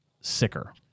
sicker